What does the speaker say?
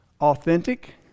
authentic